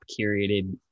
curated